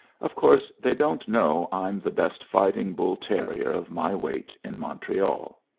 of course they don't know i'm the best fighting bull-terrier of my weight in montreal.